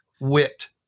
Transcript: wit